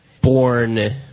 born